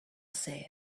say